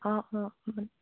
অঁ অঁ হয়